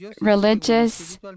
religious